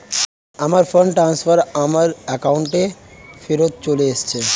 আমার fund transfer আমার অ্যাকাউন্টেই ফেরত চলে এসেছে